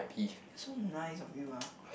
so nice of you ah